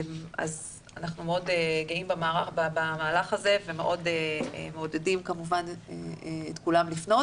אנחנו מאוד גאים במהלך הזה ומאוד מעודדים כמובן את כולם לפנות.